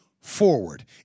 forward